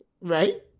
Right